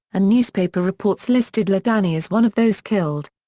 and newspaper reports listed ladany as one of those killed.